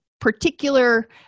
particular